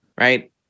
right